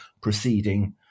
proceeding